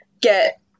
get